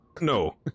No